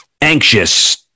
anxious